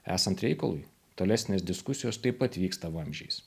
esant reikalui tolesnės diskusijos taip pat vyksta vamzdžiais